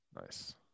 Nice